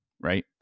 right